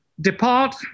depart